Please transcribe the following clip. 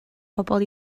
pobl